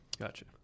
Gotcha